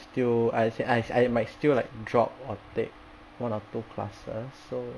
still I as in I as in I might still like drop or take one or two classes so